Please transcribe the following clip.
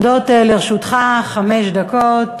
עומדות לרשותך חמש דקות.